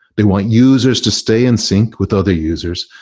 they want users to stay in sync with other users,